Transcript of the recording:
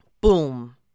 Boom